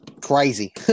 Crazy